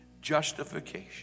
justification